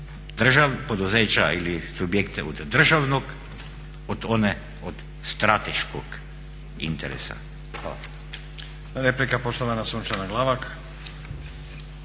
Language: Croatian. poduzeća ili subjekte od državnog od one od strateškog interesa.